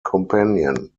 companion